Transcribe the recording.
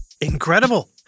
Incredible